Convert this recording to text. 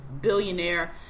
billionaire